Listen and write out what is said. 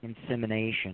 insemination